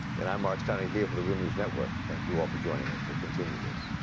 and i'm marc steiner here for the real news network. thank you all for joining us. we'll continue this.